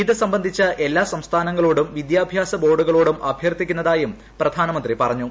ഇത് സംബന്ധിച്ച് എല്ലാ സ്ഐസ്ഫാനങ്ങളോടും വിദ്യാഭ്യാസ ബോർഡുകളോടും അഭ്യർത്ഥിക്കുന്നത്മായും പ്രധാനമന്ത്രി പറഞ്ഞു